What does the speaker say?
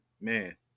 man